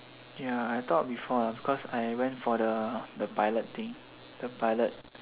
ya I thought before lah cause I went for the the pilot thing the pilot